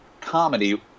comedy